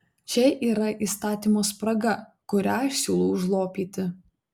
čia yra įstatymo spraga kurią aš siūlau užlopyti